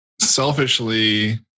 selfishly